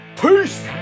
peace